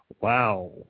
Wow